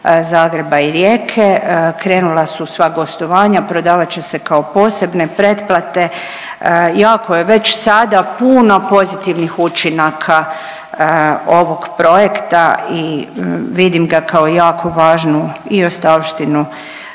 Zagreba i Rijeke, krenula su sva gostovanja, prodavat će se kao posebne pretplate, jako je već sada puno pozitivnih učinaka ovog projekta i vidim ga kao jako važnu i ostavštinu